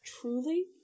truly